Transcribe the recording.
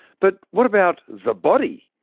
but what about the body?